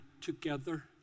together